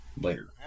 later